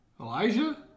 Elijah